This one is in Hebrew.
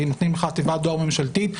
שנותנים לך תיבת דואר ממשלתית,